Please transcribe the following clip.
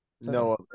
No